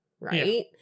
Right